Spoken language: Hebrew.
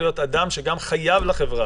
אני מאחל לה בריאות מכאן.